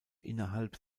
innerhalb